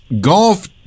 golf